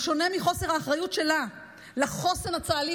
בשונה מחוסר האחריות שלה לחוסן הצה"לי